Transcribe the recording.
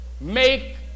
make